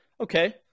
Okay